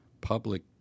public